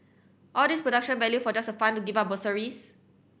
all this production value for just a fund to give up bursaries